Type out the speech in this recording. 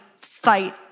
fight